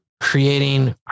creating